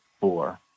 Four